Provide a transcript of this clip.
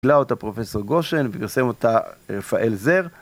גלה אותה פרופסור גושן ופרסם אותה רפאל זר.